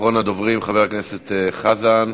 אחריו, אחרון הדוברים, חבר הכנסת חזן,